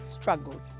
struggles